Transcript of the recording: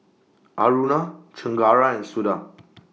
Aruna Chengara and Suda